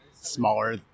smaller